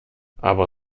aber